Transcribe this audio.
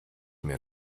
mir